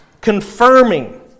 confirming